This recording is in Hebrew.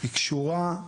היא קשורה,